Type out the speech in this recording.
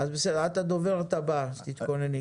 את הדוברת הבאה, אז תתכונני.